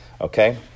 okay